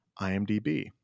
IMDb